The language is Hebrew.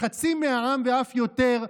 לחצי מהעם ואף יותר,